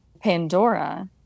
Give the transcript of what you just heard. Pandora